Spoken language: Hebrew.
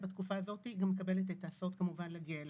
בתקופה הזו היא מקבלת הסעות כדי להגיע אליו,